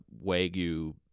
wagyu